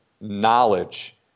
knowledge